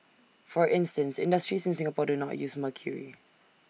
for instance industries in Singapore do not use mercury